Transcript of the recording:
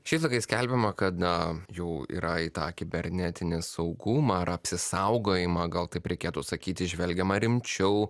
šiais laikais skelbiama kad na jau yra į tą kibernetinį saugumą ar apsisaugojimą gal taip reikėtų sakyti žvelgiama rimčiau